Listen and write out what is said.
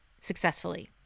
successfully